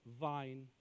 vine